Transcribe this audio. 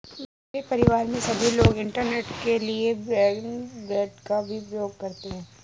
मेरे परिवार में सभी लोग इंटरनेट के लिए ब्रॉडबैंड का भी प्रयोग करते हैं